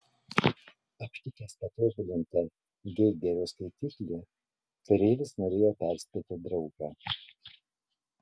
aptikęs patobulintą geigerio skaitiklį kareivis norėjo perspėti draugą